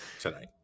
tonight